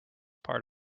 part